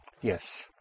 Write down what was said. Yes